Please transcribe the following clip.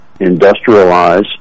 industrialize